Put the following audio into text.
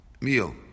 meal